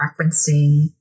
referencing